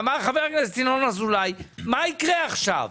אמר חבר הכנסת ינון אזולאי: מה יקרה עכשיו?